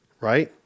Right